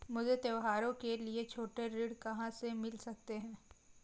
मुझे त्योहारों के लिए छोटे ऋण कहाँ से मिल सकते हैं?